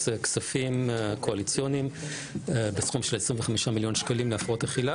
כספים קואליציוניים בסכום של 25 מיליון שקל להפרעות אכילה